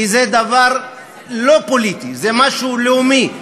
כי זה דבר לא פוליטי, זה משהו לאומי.